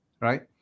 right